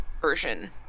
version